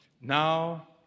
Now